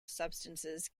substances